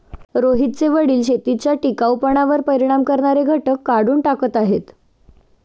रोहितचे वडील शेतीच्या टिकाऊपणावर परिणाम करणारे घटक काढून टाकत आहेत